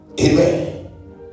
Amen